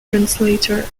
translator